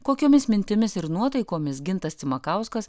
kokiomis mintimis ir nuotaikomis gintas cimakauskas